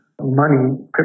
money